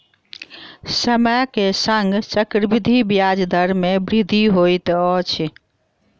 समय के संग चक्रवृद्धि ब्याज दर मे वृद्धि होइत अछि